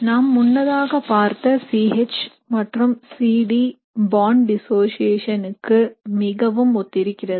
நாம் முன்னதாக பார்த்த C H மற்றும் C D பாண்ட் டிசோஷியேஷன்க்கு மிகவும் ஒத்து இருக்கிறது